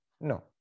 No